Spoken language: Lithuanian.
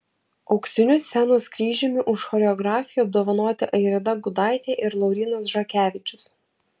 auksiniu scenos kryžiumi už choreografiją apdovanoti airida gudaitė ir laurynas žakevičius